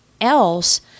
else